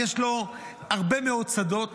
יש לו הרבה מאוד שדות